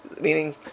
Meaning